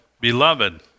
Beloved